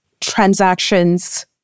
transactions